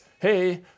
hey